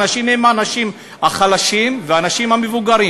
והאנשים הם האנשים החלשים והמבוגרים.